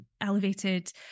elevated